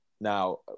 Now